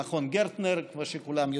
חלקם הגדול הם אנשי צה"ל, והם יודעים